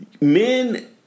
men